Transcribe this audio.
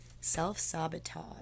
self-sabotage